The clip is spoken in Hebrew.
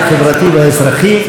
החברתי והאזרחי.